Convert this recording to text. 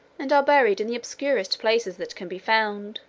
and are buried in the obscurest places that can be found,